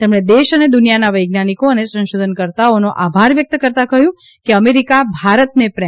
તેમણે દેશ અને દુનિયાના વૈજ્ઞાનિકો અને સંશોધનકર્તાઓનો આભાર વ્યક્ત કરતાં કહ્યું કે અમેરિકા ભારતને પ્રેમ કરે છે